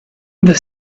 the